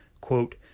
quote